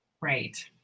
Right